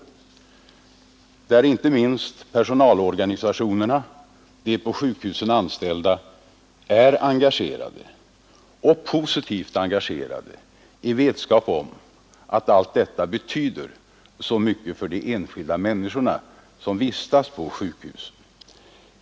I detta arbete är inte minst personalorganisationerna och de på sjukhusen anställda positivt engagerade i vetskap om att allt detta betyder så mycket för de enskilda människorna som vistas på sjukhus.